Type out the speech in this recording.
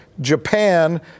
Japan